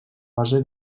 base